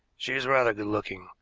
she is rather good-looking,